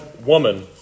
woman